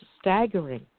staggering